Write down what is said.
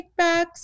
kickbacks